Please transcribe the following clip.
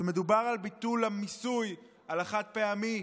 כשמדובר על ביטול המיסוי של החד-פעמי,